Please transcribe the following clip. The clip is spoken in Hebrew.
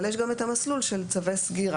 אבל יש גם את המסלול של צווי סגירה,